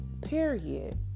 Period